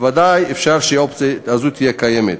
ודאי אפשר שהאופציה הזו תהיה קיימת.